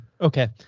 Okay